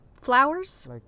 flowers